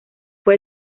fue